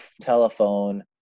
Telephone